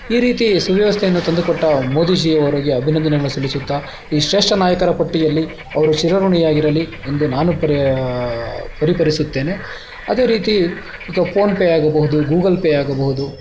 ಈ ರೀತಿ ಸುವ್ಯವಸ್ಥೆಯನ್ನು ತಂದುಕೊಟ್ಟ ಮೋದೀಜಿಯವರಿಗೆ ಅಭಿನಂದನೆಗಳು ಸಲ್ಲಿಸುತ್ತಾ ಈ ಶ್ರೇಷ್ಠ ನಾಯಕರ ಪಟ್ಟಿಯಲ್ಲಿ ಅವರು ಚಿರಋಣಿಯಾಗಿರಲಿ ಎಂದು ನಾನು ಪ್ರಾ ಪರಿಪರಿಸುತ್ತೇನೆ ಅದೇ ರೀತಿ ಈಗ ಫೋನ್ಪೇ ಆಗಬಹುದು ಗೂಗಲ್ಪೇ ಆಗಬಹುದು